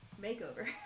makeover